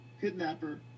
kidnapper